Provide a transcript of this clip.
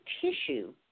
tissue